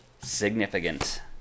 significant